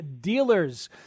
dealers